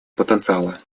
потенциала